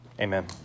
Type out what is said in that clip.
Amen